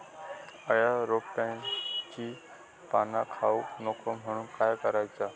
अळ्या रोपट्यांची पाना खाऊक नको म्हणून काय करायचा?